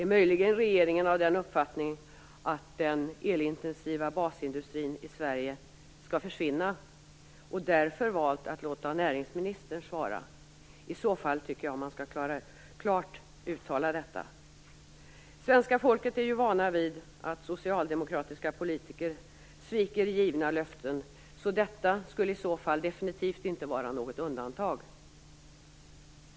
Är möjligen regeringen av uppfattningen att den elintensiva basindustrin i Sverige skall försvinna, och därför valt att låta näringsministern svara? I så fall tycker jag att regeringen klart skall uttala detta. Svenska folket är ju vant vid att socialdemokratiska politiker sviker givna löften. Detta skulle i så fall definitivt inte vara något undantag.